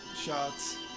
shots